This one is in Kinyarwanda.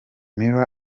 mueller